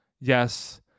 yes